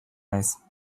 naiz